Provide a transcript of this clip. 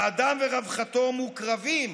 האדם ורווחתו מוקרבים